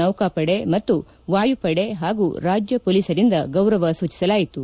ನೌಕಾಪಡೆ ಮತ್ತು ವಾಯುಪಡೆ ಪಾಗೂ ರಾಜ್ಯ ಮೊಲೀಸರಿಂದ ಗೌರವ ಸೂಚಿಸಲಾಯಿತು